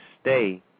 stay